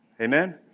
amen